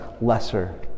lesser